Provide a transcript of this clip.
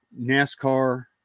NASCAR